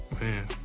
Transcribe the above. Man